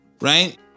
right